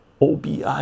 OBI